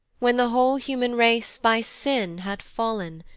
when the whole human race by sin had fall'n,